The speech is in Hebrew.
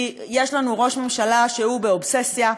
כי יש לנו ראש ממשלה שהוא באובססיה,